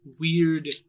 weird